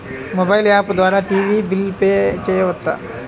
Mobile app ద్వారా TV bill pay చేయవచ్చా?